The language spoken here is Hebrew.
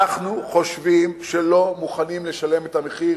אנחנו חושבים שלא מוכנים לשלם את המחיר